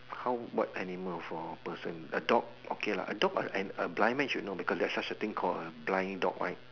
how what animal for a person a dog okay lah a dog a an blind man should know cause there's such a thing called a blind dog right